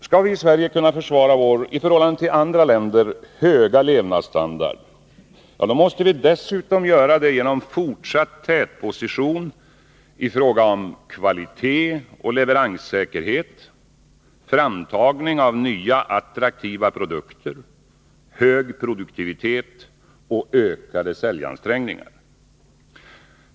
Skall vi i Sverige kunna försvara vår, i förhållande till andra länder, höga levnadsstandard måste vi dessutom göra det genom fortsatt tätposition i fråga om kvalitet och leveranssäkerhet, framtagning av nya attraktiva produkter, hög produktivitet och ökade säljansträngningar.